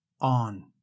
on